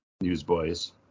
newsboys